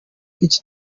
icyi